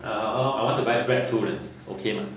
ah 好啦好啦你 buy bread too lah okay mah